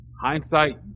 Hindsight